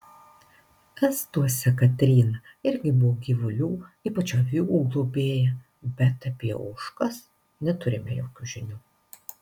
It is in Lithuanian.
estuose katryna irgi buvo gyvulių ypač avių globėja bet apie ožkas neturime jokių žinių